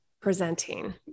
presenting